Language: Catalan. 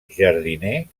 jardiner